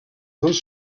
dels